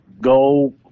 go